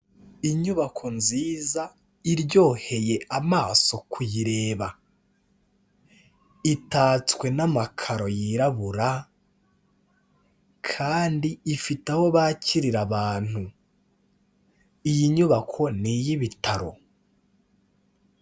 Inyubako nziza iryoheye amaso kuyireba itatswe n'amakaro yirabura kandi ifite aho bakirira abantu, iy'inyubako ni iy'ibitaro.